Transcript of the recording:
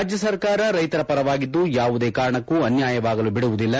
ರಾಜ್ಯ ಸರ್ಕಾರ ರೈತರ ಪರವಾಗಿದ್ದು ಯಾವುದೇ ಕಾರಣಕ್ಕೂ ಅನ್ಯಾಯವಾಗಲು ಬಿಡುವುದಿಲ್ಲ